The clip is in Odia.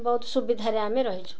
ବହୁତ ସୁବିଧାରେ ଆମେ ରହିଛୁ